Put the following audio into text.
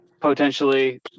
potentially